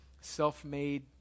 self-made